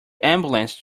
ambulance